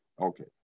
Okay